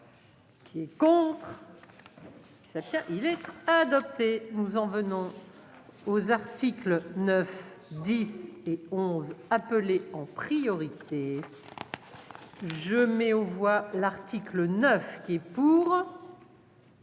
Qui est contre. Ça Pierre il est adopté. Nous en venons. Aux articles 9 10 et 11 appeler en priorité. Je mets aux voix l'article 9 qui. Pour.